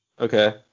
okay